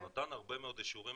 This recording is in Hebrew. נתן הרבה מאוד אישורים